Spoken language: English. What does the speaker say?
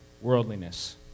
worldliness